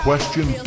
Question